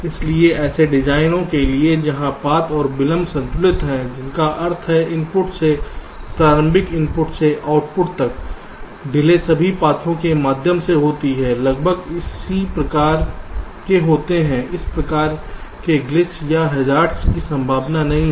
इसलिए ऐसे डिजाइनों के लिए जहां पथ और विलंब संतुलित हैं जिसका अर्थ इनपुट से प्राथमिक इनपुट से आउटपुट तक है डिले सभी पथों के माध्यम से होती है लगभग इसी प्रकार के होते हैं इस प्रकार के ग्लिच या हैज़ार्डस की संभावना नहीं है